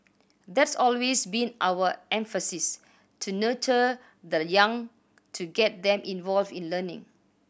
that's always been our emphasis to nurture the young to get them involved in learning